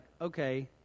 okay